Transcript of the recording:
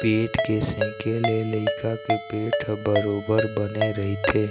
पेट के सेके ले लइका के पेट ह बरोबर बने रहिथे